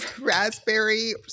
raspberry